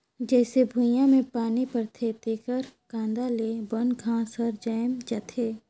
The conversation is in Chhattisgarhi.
जईसे भुइयां में पानी परथे तेकर कांदा ले बन घास हर जायम जाथे